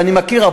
ואני מכיר,